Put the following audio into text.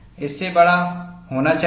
इससे बड़ा होना चाहिए